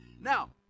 Now